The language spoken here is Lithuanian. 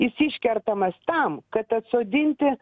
jis iškertamas tam kad atsodinti